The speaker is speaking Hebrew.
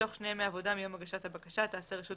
בתוך שלושה ימי עבודה מיום הגשת הבקשה תעשה רשות